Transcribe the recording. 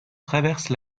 traverse